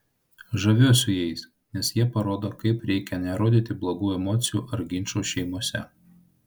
žaviuosi jais nes jie parodo kaip reikia nerodyti blogų emocijų ar ginčų šeimose